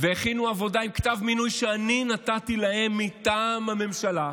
והכינו עבודה עם כתב מינוי שאני נתתי להם מטעם הממשלה,